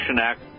Act